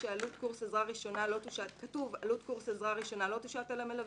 "עלות קורס עזרה ראשונה לא תושת על המלווה".